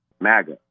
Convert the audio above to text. MAGA